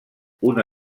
una